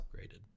upgraded